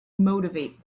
motivate